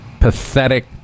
pathetic